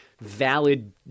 valid